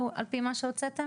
על פי מה שהוצאתם?